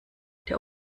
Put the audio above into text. der